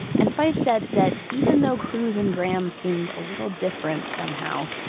and fife said that even though cruz and graham seemed a little different somehow,